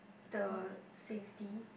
the safety